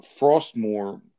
Frostmore